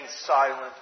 silent